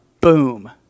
boom